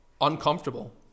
uncomfortable